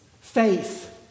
faith